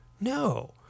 No